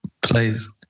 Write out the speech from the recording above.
Please